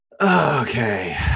Okay